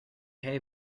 hay